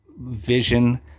Vision